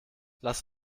lass